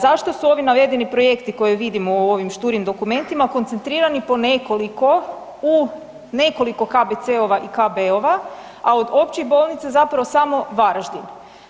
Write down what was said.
Zašto su ovi navedeni projekti koje vidimo u ovim šturim dokumentima koncentrirani po nekoliko u nekoliko KBC-ova i KB-ova, a od općih bolnica zapravo samo Varaždin?